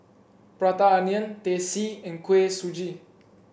Prata Onion Teh C and Kuih Suji